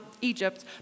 Egypt